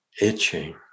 itching